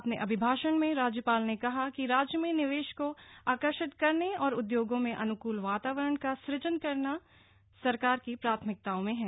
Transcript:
अपने अभिभाषण में राज्यपाल ने कहा कि राज्य में निवेश को आकर्षित करने और उद्योगों में अनुकूल वातावरण का सृजन करना सरकार की प्राथमिकताओं में है